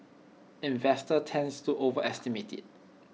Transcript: investors tends to overestimate IT